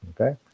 okay